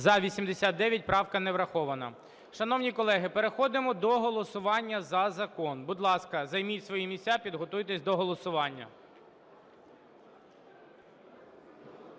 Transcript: За-89 Правка не врахована. Шановні колеги, переходимо до голосування за закон. Будь ласка, займіть свої місця, підготуйтесь до голосування.